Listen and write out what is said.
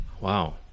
Wow